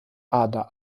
adler